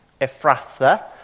Ephrathah